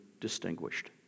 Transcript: distinguished